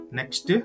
Next